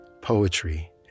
Poetry